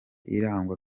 irangwa